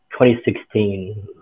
2016